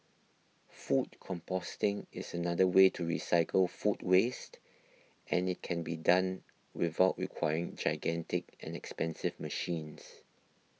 food composting is another way to recycle food waste and it can be done without requiring gigantic and expensive machines